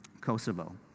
Kosovo